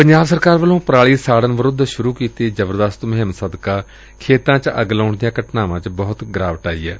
ਪੰਜਾਬ ਸਰਕਾਰ ਵੱਲੋਂ ਪਰਾਲੀ ਸਾੜਨ ਵਿਰੁੱਧ ਸੁਰੁ ਕੀਤੀ ਜਬਰਦਸਤ ਮੁਹਿੰਮ ਸਦਕਾ ਖੇਤਾਂ ਚ ਅੱਗ ਲਾਉਣ ਦੀਆਂ ਘਟਨਾਵਾਂ ਚ ਬਹੁਤ ਕਮੀ ਆਈ ਏ